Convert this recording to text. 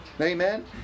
amen